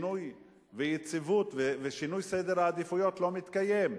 שינוי ויציבות, ושינוי סדר העדיפויות לא מתקיים.